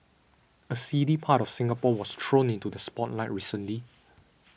a seedy part of Singapore was thrown into the spotlight recently